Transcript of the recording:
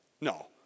no